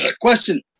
Question